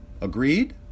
Agreed